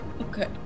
okay